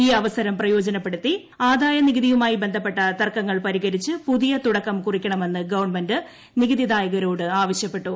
ഈ പദ്ധതി പ്രയോജനപ്പെടുത്തി ആദായനികുതിയുമായി ബന്ധപ്പെട്ട തർക്കങ്ങൾ പരിഹരിച്ച് പുതിയ തുടക്കം കുറിക്കണമെന്ന് ഗവൺമെന്റ് നികുതിദായകരോട് ആവശ്യപ്പെട്ടു